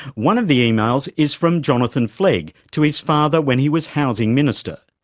one of the emails is from jonathon flegg to his father when he was housing minister.